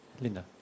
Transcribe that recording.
Linda